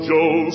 Joe